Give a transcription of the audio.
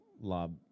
lob